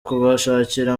kubashakira